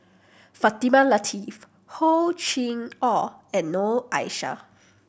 Fatimah Lateef Hor Chim Or and Noor Aishah